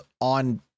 on